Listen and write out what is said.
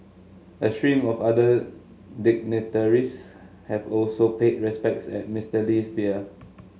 a stream of other dignitaries have also paid respects at Mister Lee's bier